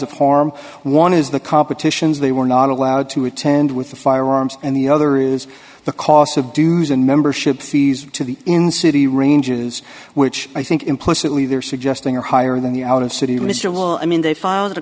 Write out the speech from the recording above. of harm one is the competitions they were not allowed to attend with the firearms and the other is the cost of dues and membership fees to the in city ranges which i think implicitly they're suggesting are higher than the out of city visual i mean they filed a